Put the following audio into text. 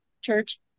church